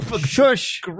Shush